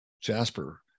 Jasper